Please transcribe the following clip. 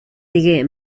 digué